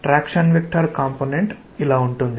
traction vector component ఇలా ఉంటుంది